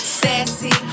sassy